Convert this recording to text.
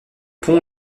pont